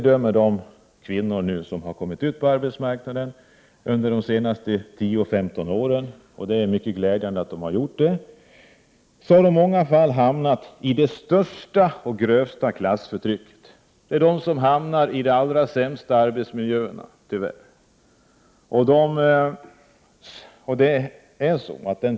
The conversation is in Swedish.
De kvinnor som har kommit ut på arbetsmarknaden under de senaste 10-15 åren — och det är mycket glädjande att de har gjort det — har i många fall hamnat i det största och grövsta klassförtrycket. Kvinnorna hamnar tyvärr i de allra sämsta arbetsmiljöerna.